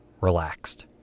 relaxed